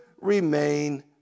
remain